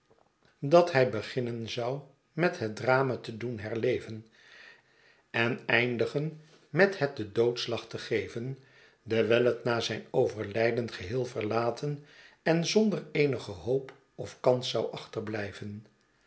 dat hij beginnen zou met het drama te doen herleven en eindigen met het den doodslag te geven dewijl het na zijn overlijden geheel verlaten en zonder eenige hoop of kans zou achterblijven